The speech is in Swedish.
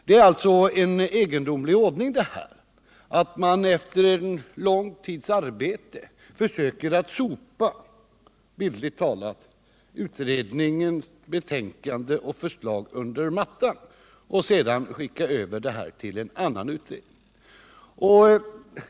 Det är en egendomlig ordning att man efter en lång tids utredningsarbete bildligt talat försöker sopa utredningens betänkande och förslag under mattan och skicka över det hela till en annan utredning.